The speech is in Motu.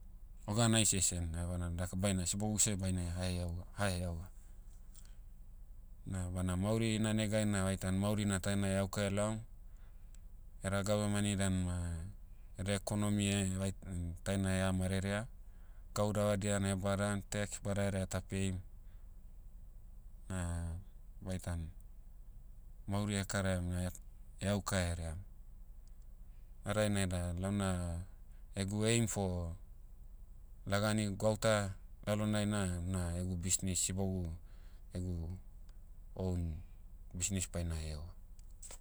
Organisation evana daka baina sibogu seh baine haheaua- haheaua. Na bana mauri ina negai na vaitan mauri na taina eauka elaom. Eda gavemani dan ma, eda economy eh- vait- an taina ea marerea. Gau davadia na ebadan, tax badaherea ta peim, na, vaitan, mauri ekaraiam na et- auka heream. Na dainai da launa, egu aim for, lagani gwauta, lalonai na, una egu bisnis sibogu, egu, own, bisnis baina heaua.